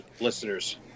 Listeners